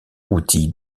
outil